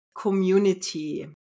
community